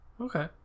okay